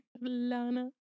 Lana